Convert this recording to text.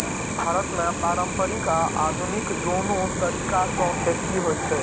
भारत मे पारंपरिक आ आधुनिक, दुनू तरीका सं खेती होइ छै